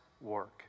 work